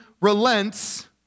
relents